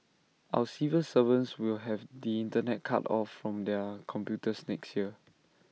our civil servants will have the Internet cut off from their computers next year